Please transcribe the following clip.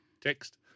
text